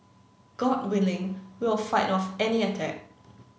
god willing we'll fight off any attack